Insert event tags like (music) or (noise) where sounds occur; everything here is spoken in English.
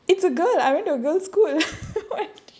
it's a girl I went to a girl's school lah (laughs) why